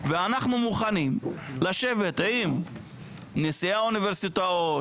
ואנחנו מוכנים לשבת עם נשיאי האוניברסיטאות,